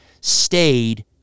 stayed